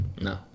No